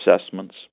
assessments